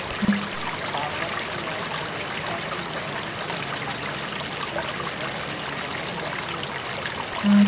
भारत के अर्थव्यवस्था के मजबूत बनावे में खेती के बड़ जोगदान बाटे